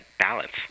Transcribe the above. balance